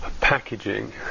packaging